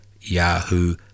yahoo